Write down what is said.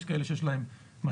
יש כאלה שיש להם משאיות,